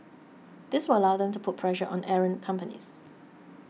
this will allow them to put pressure on errant companies